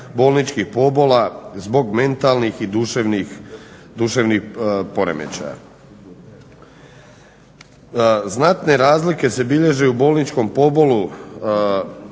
bolničkih pobola zbog mentalnih i duševnih poremećaja. Znatne se razlike bilježe i u bolničkom pobolu